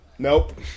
Nope